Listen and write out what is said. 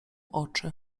oczy